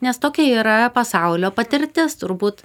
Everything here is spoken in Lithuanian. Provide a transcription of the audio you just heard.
nes tokia yra pasaulio patirtis turbūt